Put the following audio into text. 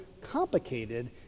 complicated